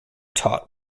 taught